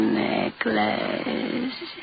necklace